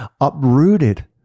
uprooted